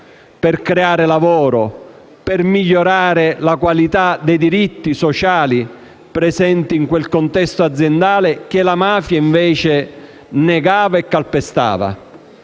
per creare lavoro e per migliorare la qualità dei diritti sociali presenti in quel contesto aziendale che invece la mafia negava e calpestava.